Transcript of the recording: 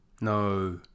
no